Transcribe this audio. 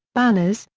banners,